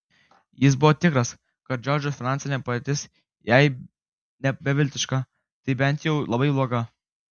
jis buvo tikras kad džordžo finansinė padėtis jei ne beviltiška tai bent jau labai bloga